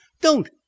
Don't